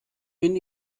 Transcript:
bin